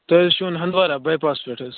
تۄہہِ حظ چھُ یُن ہَنٛدوارا باے پاسس پٮ۪ٹھ حظ